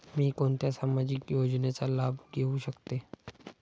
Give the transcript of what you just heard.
मी कोणत्या सामाजिक योजनेचा लाभ घेऊ शकते?